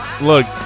look